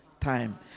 time